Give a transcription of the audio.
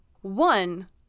one